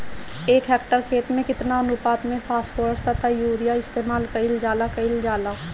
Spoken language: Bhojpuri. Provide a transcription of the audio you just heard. एक हेक्टयर खेत में केतना अनुपात में फासफोरस तथा यूरीया इस्तेमाल कईल जाला कईल जाला?